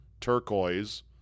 turquoise